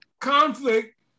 conflict